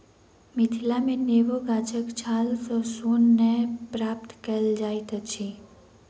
मिथिला मे नेबो गाछक छाल सॅ सोन नै प्राप्त कएल जाइत अछि